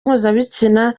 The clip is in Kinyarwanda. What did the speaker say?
mpuzabitsina